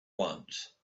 once